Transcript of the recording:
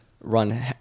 run